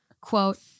quote